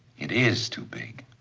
it is too big.